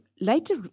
later